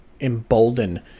embolden